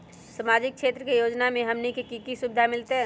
सामाजिक क्षेत्र के योजना से हमनी के की सुविधा मिलतै?